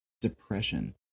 depression